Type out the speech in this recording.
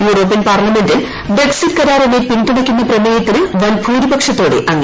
European പാർലമെന്റിൽ Brexit കരാറിനെ പിന്തുണയ്ക്കുന്ന പ്രമേയത്തിന് വൻ ഭൂരിപക്ഷത്തോടെ അംഗീകാരം